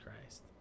Christ